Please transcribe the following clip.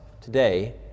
today